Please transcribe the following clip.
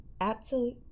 Absolute